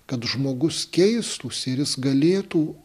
kad žmogus keistųsi ir jis galėtų